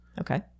Okay